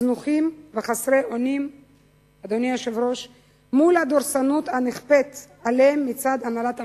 זנוחים וחסרי אונים מול הדורסנות הנכפית עליהם מצד הנהלת "עמיגור",